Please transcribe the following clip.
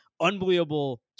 Unbelievable